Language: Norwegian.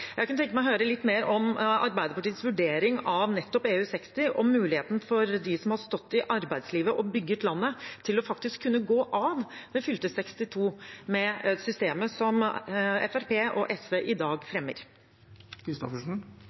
Jeg kunne tenke meg å høre litt mer om Arbeiderpartiets vurdering av nettopp EU60 og muligheten for dem som har stått i arbeidslivet og bygget landet til faktisk å kunne gå av ved fylte 62 med det systemet som Fremskrittspartiet og SV i dag fremmer.